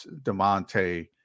DeMonte